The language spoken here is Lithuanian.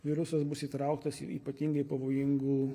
virusas bus įtrauktas į ypatingai pavojingų